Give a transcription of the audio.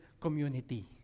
community